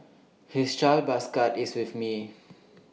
his child bus card is with me